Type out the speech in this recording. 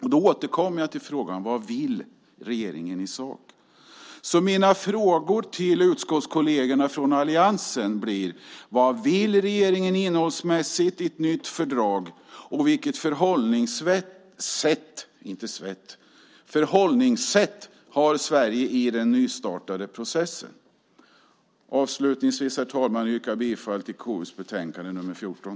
Jag återkommer då till frågan: Vad vill regeringen i sak? Mina frågor till utskottskollegerna från alliansen blir: Vad vill regeringen innehållsmässigt med ett nytt fördrag? Vilket förhållningssätt har Sverige i den nystartade processen? Avslutningsvis, herr talman, yrkar jag bifall till utskottets förslag i KU:s betänkande nr 14.